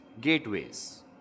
gateways